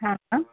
हां आं